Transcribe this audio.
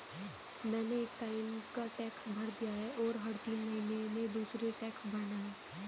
मैंने एक टाइम का टैक्स भर दिया है, और हर तीन महीने में दूसरे टैक्स भरना है